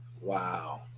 Wow